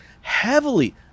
heavily